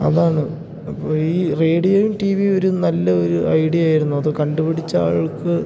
അതാണ് അപ്പോൾ ഈ റേഡിയോയും ടി വിയും ഒരു നല്ല ഒരു ഐഡിയായിരുന്നത് കണ്ട് പിടിച്ച ആൾക്ക്